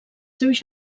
seus